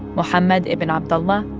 mohammed ibn abdullah,